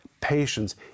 patience